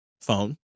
phone